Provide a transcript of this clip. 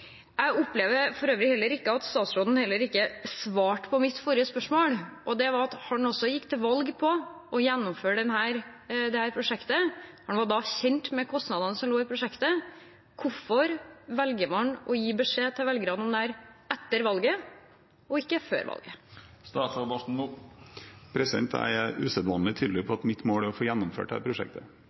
For øvrig opplever jeg heller ikke at statsråden svarte på mitt forrige spørsmål. Det gjaldt at han gikk til valg på å gjennomføre dette prosjektet. Han var da kjent med kostnadene som lå i prosjektet. Hvorfor velger man å gi beskjed til velgerne om det etter valget og ikke før valget? Jeg er usedvanlig tydelig på at mitt mål er å få gjennomført dette prosjektet.